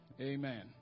Amen